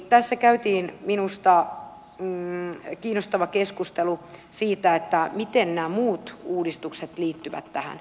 tässä käytiin minusta kiinnostava keskustelu siitä miten nämä muut uudistukset liittyvät tähän